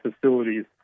facilities